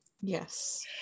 Yes